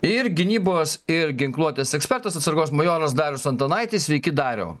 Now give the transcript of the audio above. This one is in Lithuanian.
ir gynybos ir ginkluotės ekspertas atsargos majoras darius antanaitis sveiki dariau